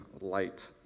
light